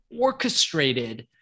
orchestrated